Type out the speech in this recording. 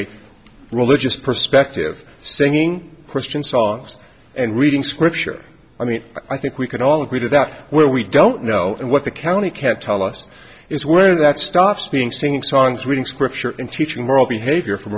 a religious perspective singing christian songs and reading scripture i mean i think we can all agree to that where we don't know what the county can't tell us is where that stops being singing songs reading scripture and teaching moral behavior from